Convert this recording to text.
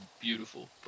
beautiful